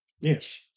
yes